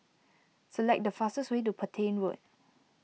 select the fastest way to Petain Road